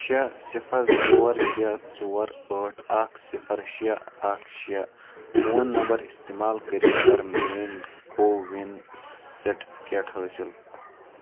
شیے صفر ژور شے ژور ٲٹھ اَکھ صفر شیے اَکھ شیے فون نمبر استعمال کٔرِتھ کر میٲنۍ کووِن سٹفِکیٹ حٲصِل